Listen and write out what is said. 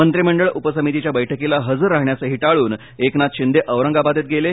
मंत्रिमंडळ उपसमितीच्या बैठकीला हजर राहण्याचंही टाळून एकनाथ शिंदे औरंगाबादेत गेले